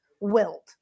wilt